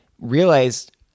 realized